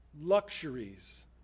luxuries